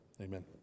Amen